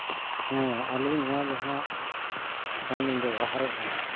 ᱦᱮᱸ ᱟᱞᱤᱧ ᱱᱚᱣᱟ ᱡᱟᱦᱟᱸ ᱯᱷᱳᱱ ᱞᱤᱧ ᱵᱮᱣᱦᱟᱨᱮ ᱮᱫᱟ